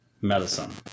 medicine